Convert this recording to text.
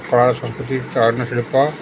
କଳା ସଂସ୍କୃତି ଶିଳ୍ପ